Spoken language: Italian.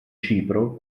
cipro